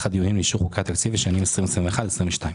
הדיונים לאישור חוקי התקציב לשנים 2021 ו-2022.